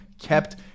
kept